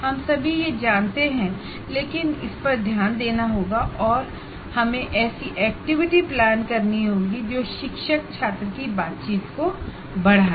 हम सभी यह जानते हैं लेकिन इस पर ध्यान देना होगा और हमें ऐसी एक्टिविटी प्लान करनी होगी जो टीचर स्टुडेंट इंटरेक्शन को बढ़ाएँ